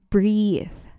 Breathe